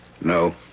No